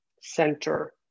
center